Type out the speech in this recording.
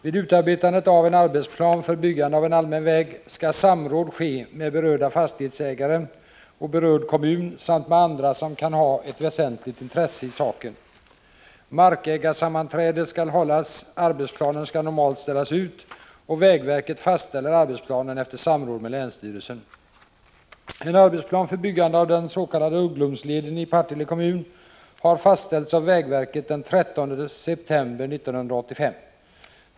Vid utarbetandet av en arbetsplan för byggande av en allmän väg skall samråd ske med berörda fastighetsägare och berörd kommun samt med andra som kan ha ett väsentligt intresse i saken. Markägarsammanträde skall hållas, arbetsplanen skall normalt ställas ut och vägverket fastställer arbetsplanen efter samråd med länsstyrelsen. En arbetsplan för byggande av den s.k. Ugglumsleden i Partille kommun har fastställts av vägverket den 13 september 1985.